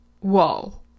Whoa